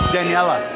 Daniela